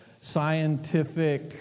scientific